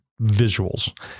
visuals